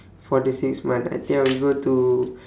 for the six month I think I will go to